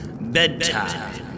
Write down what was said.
Bedtime